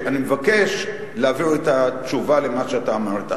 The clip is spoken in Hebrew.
אני מבקש להבהיר את התשובה למה שאתה אמרת.